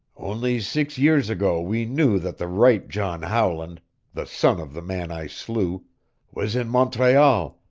only six years ago we knew that the right john howland the son of the man i slew was in montreal,